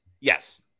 Yes